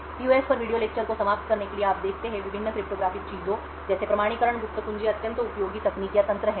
PUF पर video lecture को समाप्त करने के लिए आप देखते हैं विभिन्न क्रिप्टोग्राफ़िक चीज़ों जैसे प्रमाणीकरण गुप्त कुंजी अत्यंत उपयोगी तकनीक या तंत्र हैं